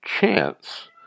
chance